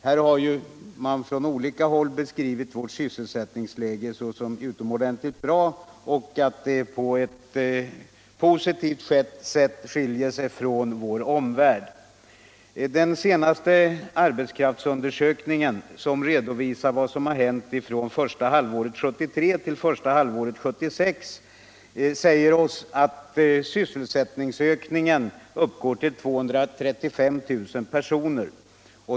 Man har från olika håll tecknat vårt sysselsättningsläge som utomordentligt bra och sagt att det på ett positivt sätt skiljer sig från vår omvärlds. Den senaste arbetskraftsundersökningen, som redovisar vad som hänt från första halvåret 1973 till första halvåret 1976, säger oss alt sysselsättningsökningen uppgick till 235 000 personer.